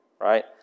right